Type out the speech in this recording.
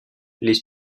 les